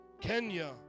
Kenya